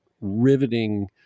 riveting